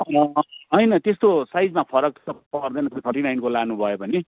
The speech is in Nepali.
होइन त्यस्तो साइजमा फरक त पर्दैन त्यो थर्टी नाइनको लानु भयो भने